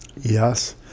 Yes